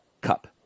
cup